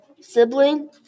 sibling